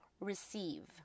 Receive